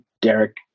Derek